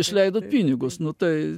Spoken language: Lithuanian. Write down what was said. išleidot pinigus nu tai